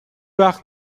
وقت